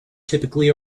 typically